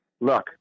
look